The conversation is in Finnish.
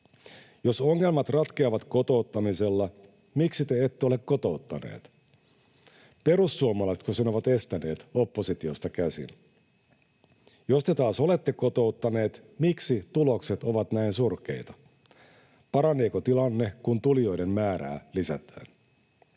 Jos ongelmat ratkeavat kotouttamisella, miksi te ette ole kotouttaneet? Perussuomalaisetko sen ovat estäneet oppositiosta käsin? Jos te taas olette kotouttaneet, miksi tulokset ovat näin surkeita? Paraneeko tilanne, kun tulijoiden määrää lisätään?